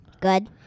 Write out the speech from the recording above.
Good